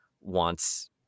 wants